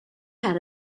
had